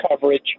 coverage